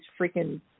freaking